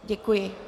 Děkuji.